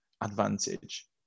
advantage